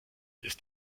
ist